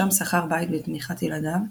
שם שכר בית בתמיכת ילדיו,